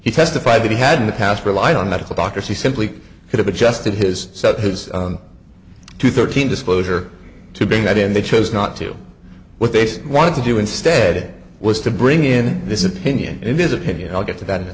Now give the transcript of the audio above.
he testified that he had in the past relied on medical doctors he simply could have adjusted his subhas to thirteen disclosure to bring that in they chose not to what they wanted to do instead was to bring in this opinion in his opinion i'll get to that in a